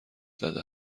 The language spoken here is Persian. زده